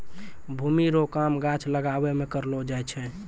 भूमि रो काम गाछ लागाबै मे करलो जाय छै